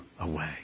away